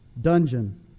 dungeon